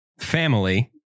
family